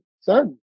Son